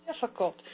difficult